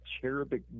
cherubic